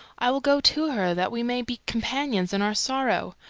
i will go to her that we may be companions in our sorrow.